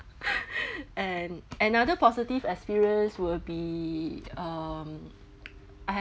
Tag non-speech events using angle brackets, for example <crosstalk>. <laughs> and another positive experience will be um I have